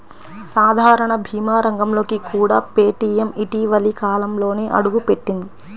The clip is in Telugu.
సాధారణ భీమా రంగంలోకి కూడా పేటీఎం ఇటీవలి కాలంలోనే అడుగుపెట్టింది